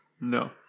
No